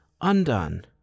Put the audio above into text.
undone